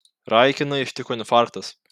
raikiną ištiko infarktas